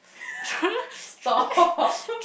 stop